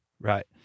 Right